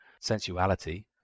Sensuality